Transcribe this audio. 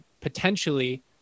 potentially